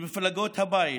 למפלגות הבית,